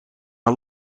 een